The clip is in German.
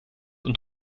und